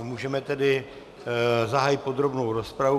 Můžeme tedy zahájit podrobnou rozpravu.